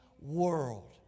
world